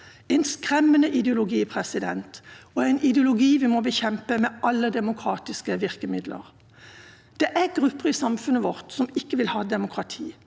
en skremmende ideologi, en ideologi vi må bekjempe med alle demokratiske virkemidler. Det er grupper i samfunnet vårt som ikke vil ha demokrati.